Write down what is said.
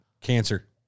Cancer